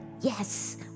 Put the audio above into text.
yes